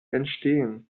entstehen